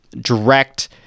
direct